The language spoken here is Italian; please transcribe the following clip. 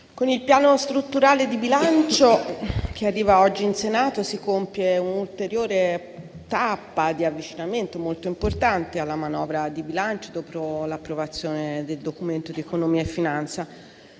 con il Piano strutturale di bilancio che arriva oggi in Senato si compie un'ulteriore tappa di avvicinamento molto importante alla manovra di bilancio dopo l'approvazione del Documento di economia e finanza.